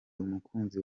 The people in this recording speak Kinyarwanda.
umukunzi